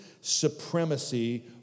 supremacy